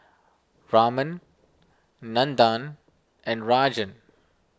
Raman Nandan and Rajan